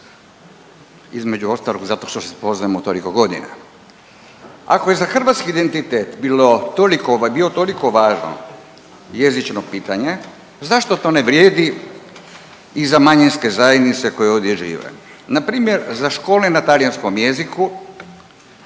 Između ostalog, zato što se poznamo toliko godina. Ako je za hrvatski identitet bilo toliko, ovaj bio toliko važno jezično pitanje, zašto to ne vrijedi i za manjinske zajednice koje ovdje žive. Npr. za škole na talijanskom jeziku,